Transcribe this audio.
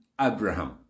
Abraham